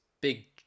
big